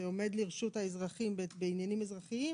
שעומד לרשות האזרחים בעניינים אזרחיים